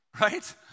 Right